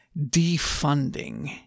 defunding